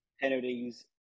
Penalties